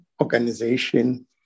organization